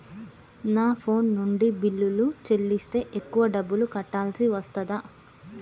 నా ఫోన్ నుండి బిల్లులు చెల్లిస్తే ఎక్కువ డబ్బులు కట్టాల్సి వస్తదా?